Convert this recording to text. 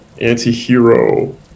anti-hero